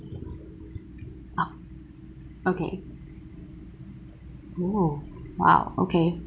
oh okay !woo! !wow! okay